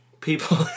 People